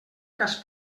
cas